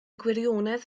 gwirionedd